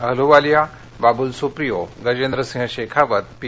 Ahluwalia Babul Supriyo Gajendra Singh Shekhawat P